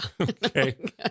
Okay